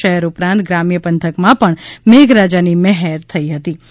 શહેર ઉપરાંત ગ્રામ્ય પથંકમાં મેધરાજાની મહેર થઈ હતીં